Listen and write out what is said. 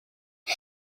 was